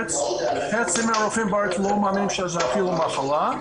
חצי מהרופאים בארץ לא מאמינים שזו אפילו מחלה,